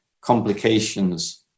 complications